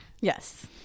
yes